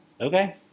Okay